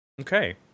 Okay